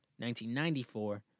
1994